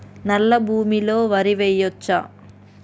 నల్లా భూమి లో వరి వేయచ్చా?